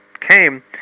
came